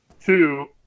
Two